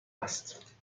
است